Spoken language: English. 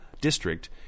district